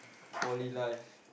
poly life